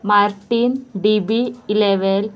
Martin D B इलेवेल